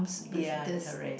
ya correct